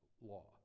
law